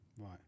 Right